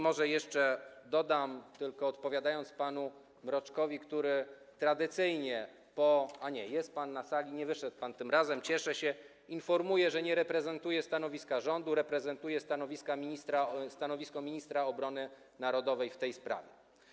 Może jeszcze dodam tylko, odpowiadając panu Mroczkowi, który tradycyjnie... a nie, jest pan na sali, nie wyszedł pan tym razem, cieszę się, poinformuję, że nie reprezentuję stanowiska rządu, lecz reprezentuję stanowisko ministra obrony narodowej w tej sprawie.